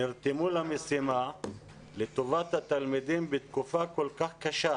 נרתמו למשימה לטובת התלמידים בתקופה כל כך קשה